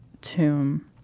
tomb